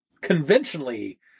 conventionally